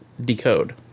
decode